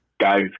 guys